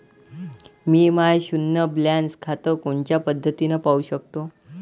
मी माय शुन्य बॅलन्स खातं कोनच्या पद्धतीनं पाहू शकतो?